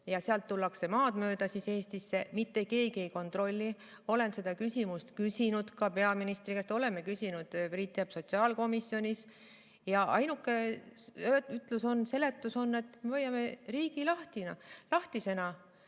ja sealt tullakse maad mööda Eestisse. Mitte keegi ei kontrolli. Olen seda küsimust küsinud peaministri käest, oleme küsinud, Priit teab, sotsiaalkomisjonis ja ainuke seletus on, et me hoiame riigi lahtisena.